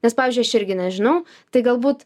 nes pavyzdžiui aš irgi nežinau tai galbūt